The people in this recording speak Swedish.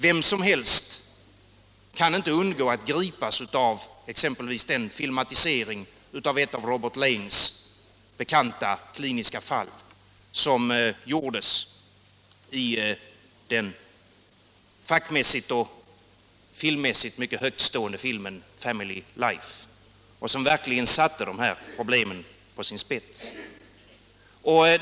Ingen kan undgå att gripas av exempelvis ett av Robert Laings bekanta kliniska fall som togs upp i den fackmässigt och filmmässigt mycket högtstående filmen Family Life, som verkligen satte dessa problem på sin spets.